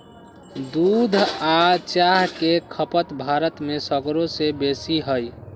दूध आ चाह के खपत भारत में सगरो से बेशी हइ